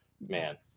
man